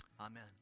Amen